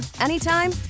anytime